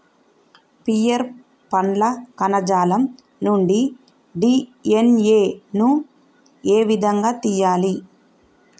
Pear పండ్ల కణజాలం నుండి డి.ఎన్.ఎ ను ఏ విధంగా తియ్యాలి?